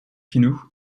genoeg